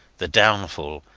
the downfall,